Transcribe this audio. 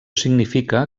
significa